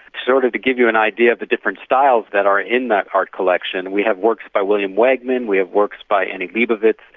sort of to give you an idea of the different styles that are in that art collection, we have works by william wegman, we have works by annie leibovitz,